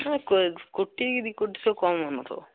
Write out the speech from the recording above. ହଁ କୋଟି କି ଦୁଇ କୋଟିଠୁ କମ୍ ହେଉ ନ ଥିବ